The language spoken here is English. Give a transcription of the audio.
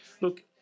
look